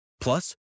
Plus